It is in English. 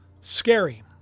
scary